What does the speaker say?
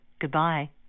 Goodbye